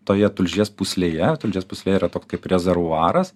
toje tulžies pūslėje tulžies pūslėje yra toks kaip rezervuaras